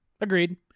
Agreed